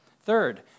Third